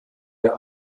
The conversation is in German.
der